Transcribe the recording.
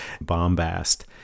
bombast